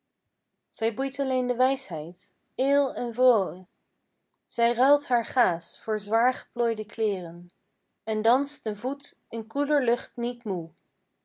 zij boeit alleen de wijsheid êel en vroê zij ruilt haar gaas voor zwaargeplooide kleeren en danst den voet in koeler lucht niet moe